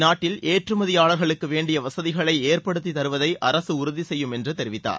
நாட்டில் ஏற்றுமதியாளர்களுக்கு வேண்டிய வசதிகளை ஏற்படுத்தி தருவதை அரசு உறுதி செய்யும் என்று தெரிவித்தார்